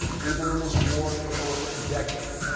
we've been in this war for over a decade.